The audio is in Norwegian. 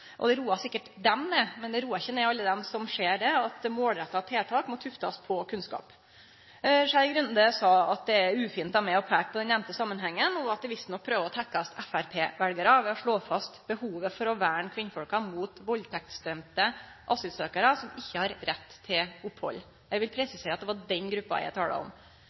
roar sikkert dei ned, men det roar ikkje ned alle dei som ser at målretta tiltak må tuftast på kunnskap. Skei Grande sa at det er ufint av meg å peike på denne nemnde samanhengen, og at eg visstnok prøver å tekkjast framstegspartiveljarar ved å slå fast behovet for å verne kvinnene mot valdtektsdømde asylsøkjarar som ikkje har rett til opphald. Eg vil presisere at det var den gruppa eg tala om.